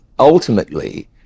Ultimately